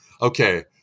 Okay